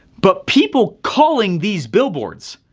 but people calling these billboards,